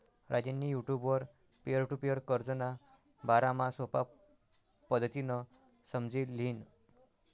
राजेंनी युटुबवर peer to peer कर्जना बारामा सोपा पद्धतीनं समझी ल्हिनं